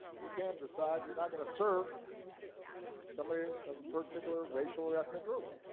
you can't decide you're not going to serve somebody of a particular racial or ethnic group.